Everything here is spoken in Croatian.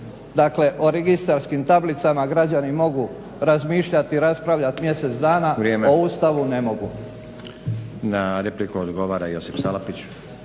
Dakle, o registarskim tablicama građani mogu razmišljati i raspravljati mjesec dana, o Ustavu ne mogu.